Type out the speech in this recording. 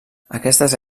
aquestes